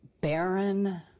barren